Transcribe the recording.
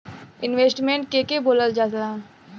Investment के के बोलल जा ला?